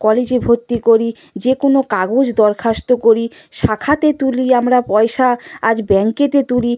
কলেজে ভর্তি করি যে কোনো কাগজ দরখাস্ত করি শাখাতে তুলি আমরা পয়সা আজ ব্যাংকেতে তুলি